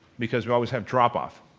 because we always have drop-off.